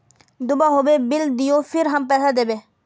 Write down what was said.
दूबा होबे बिल दियो फिर हम पैसा देबे?